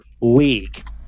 league